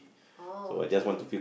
oh okay